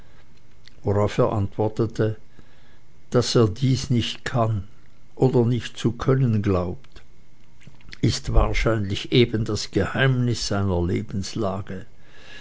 worauf er antwortete daß er dies nicht kann oder nicht zu können glaubt ist wahrscheinlich eben das geheimnis seiner lebenslage